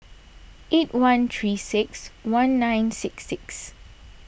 eight one three six one nine six six